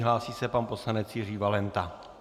Hlásí se pan poslanec Jiří Valenta.